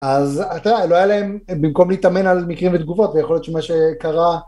אז אתה, לא היה להם, במקום להתאמן על מקרים ותגובות, זה יכול להיות שמה שקרה...